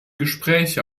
gespräche